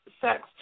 sex